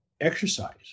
Exercise